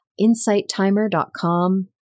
insighttimer.com